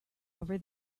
over